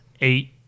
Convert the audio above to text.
eight